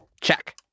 Check